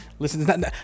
listen